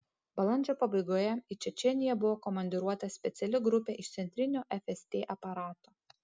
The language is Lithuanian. balandžio pabaigoje į čečėniją buvo komandiruota speciali grupė iš centrinio fst aparato